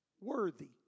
worthy